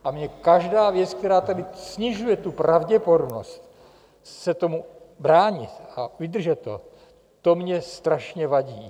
A mně každá věc, která tady snižuje tu pravděpodobnost se tomu bránit a vydržet to, to mně strašně vadí.